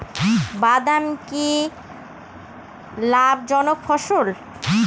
বাদাম কি লাভ জনক ফসল?